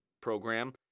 program